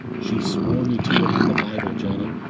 she swore me to it on the bible janet,